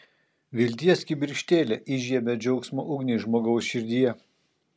vilties kibirkštėlė įžiebia džiaugsmo ugnį žmogaus širdyje